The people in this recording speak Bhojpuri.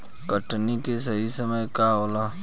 कटनी के सही समय का होला?